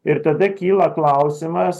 ir tada kyla klausimas